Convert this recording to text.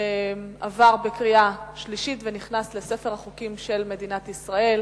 עבר בקריאה שלישית ונכנס לספר החוקים של מדינת ישראל.